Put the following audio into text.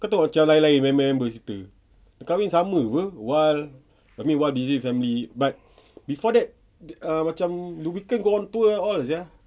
kau tahu macam lain-lain members members kita kahwin sama [pe] wal tapi wal busy with family but before that ah macam lubricant go on tour all sia